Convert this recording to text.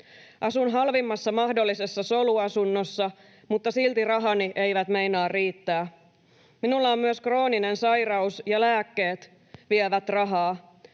Asun halvimmassa mahdollisessa soluasunnossa, mutta silti rahani eivät meinaa riittää. Minulla on myös krooninen sairaus, ja lääkkeet vievät rahaa.